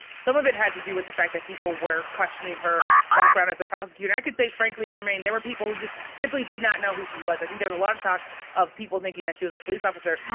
some of it had to do with the fact that people were questioning her background as a prosecutor. and i can say frankly, trymaine, there were people who just simply did not know who she was. i think there was a lot of talk of people thinking that she was a police officer.